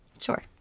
sure